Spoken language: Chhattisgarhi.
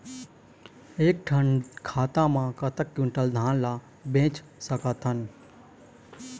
एक ठन खाता मा कतक क्विंटल धान ला बेच सकथन?